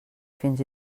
fins